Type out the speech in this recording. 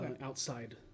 outside